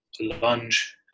lunge